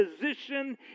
position